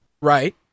Right